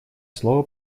слово